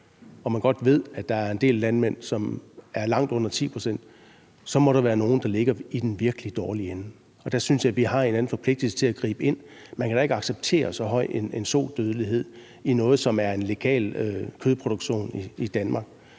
og man godt ved, at der er en del landmænd, hvor tallet er langt under 10 pct., så må der være nogle, der ligger i den virkelig dårlige ende. Og der synes jeg, vi har en eller anden forpligtigelse til at gribe ind. Man kan da ikke acceptere så høj en sodødelighed i noget, som er en legal kødproduktion i Danmark.